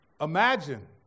Imagine